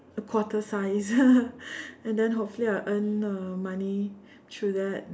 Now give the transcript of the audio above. a Porter size and then hopefully I'll earn uh money through that